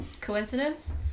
Coincidence